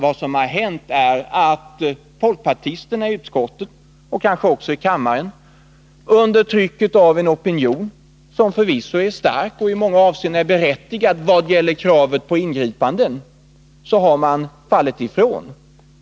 Vad som har hänt är att folkpartisterna i utskottet — och kanske också i kammaren — under trycket av en opinion, som förvisso är stark och i många avseenden är berättigad vad gäller kravet på ingripanden, har fallit ifrån.